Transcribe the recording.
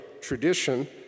tradition